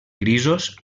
grisos